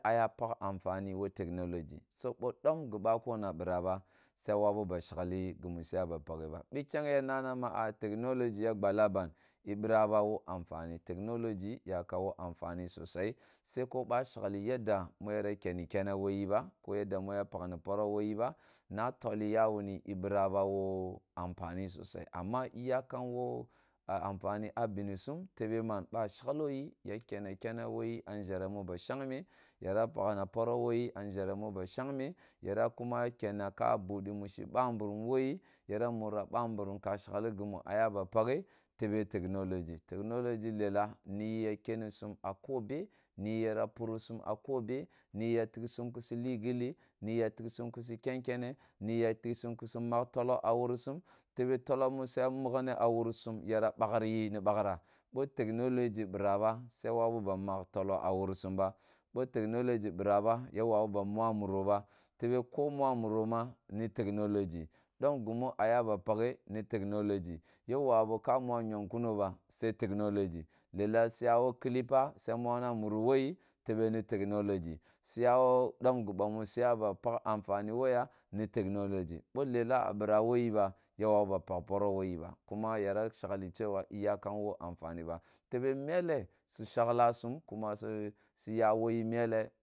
Ah ya pak amfani woh technology, sabo domp gibakuna biraba, suya wawu gimi su ya ba paghe ba. Bikyang ya nana ma technology ya gballahban eh biraba woh anfani ba, technology ya woh amfani sosai seko ba sheklo yadda ma kenni kenneh woh yi ba, ko yadda ma pakni poroh woh yiba, na tohi yawuni eh biraba woh anfani sosaí amma eh yakam woh amfani ah benisum tebe man, ba shekoh yi ya kenna kenneh woh yi ah nʒere mi ba shekmeh, yīra pakna poroh woh yi ah nʒereh mi ba shakemh, yira kuma ya kenneh ka bude muce babirim woh yi, yira kuma ah kenneh ka nur babirim ka shekli gimi baya pagha tebe technology, technology lelah miyi ah kenni sum ah ko beh, niyi yira purisum ah ko beh, niyi yira pursum ah ko beh, niti ya tiksum kusa li gilli, niyi ya tiksum kusu ken kenneh, miyi ya tik sum kisu mak toloh ah wursum tebe misu ya makna ah wursum yīra bakriyi ni ba mak tohh ah wursum ba, boh technology bīrabah, su ya wawu ba mak toloh eh wurusum ba, boh technology bīrabah ya wawu ba bakri muroh ba, tebe ko mwa muroh mo ni technology, domp gimi ah ya ba paghe ni technology, ya wawu ka mwa kyong kuni ba sai technology, lelah su ya woh kilipa suya mwana muruh woh yi tebeni technology, suye woh domp gini suga ba pak amfani woh ya ni technology, boh lelah ah bīraba wohyi ba boh lelah ah bīraba wohyi ba kuma yīra shekhi shewa eh yakam woh anfaniba tebe melleh su shekla sun su ya koyi melleh.